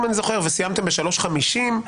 אם בית המשפט נתן שבועיים לצדדים להגיש טענות,